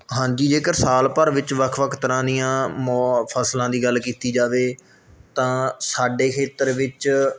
ਹਾਂਜੀ ਜੇਕਰ ਸਾਲ ਭਰ ਵਿੱਚ ਵੱਖ ਵੱਖ ਤਰ੍ਹਾਂ ਦੀਆਂ ਮੋ ਫਸਲਾਂ ਦੀ ਗੱਲ ਕੀਤੀ ਜਾਵੇ ਤਾਂ ਸਾਡੇ ਖੇਤਰ ਵਿੱਚ